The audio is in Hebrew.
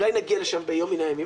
אולי נגיע לשם ביום מן הימים.